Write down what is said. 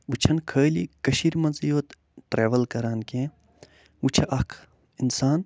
وۄنۍ چھَنہٕ خٲلی کٔشیٖرِ منٛزٕے یوت ٹرٛٮ۪وٕل کَران کیٚنٛہہ وۄنۍ چھِ اکھ اِنسان